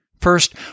First